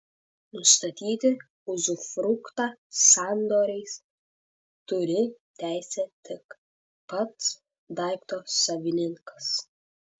nustatyti uzufruktą sandoriais turi teisę tik pats daikto savininkas